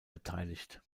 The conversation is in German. beteiligt